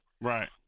Right